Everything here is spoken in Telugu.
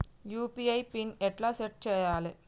యూ.పీ.ఐ పిన్ ఎట్లా సెట్ చేయాలే?